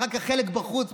אחר כך חלק בחוץ,